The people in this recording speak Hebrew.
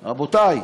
רבותי,